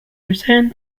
return